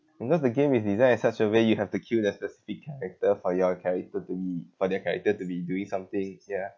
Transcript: you know the game is designed in such a way you have to kill there's the speed character for your character to be for their character to be doing something ya